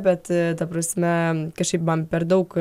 bet ta prasme kažkaip man per daug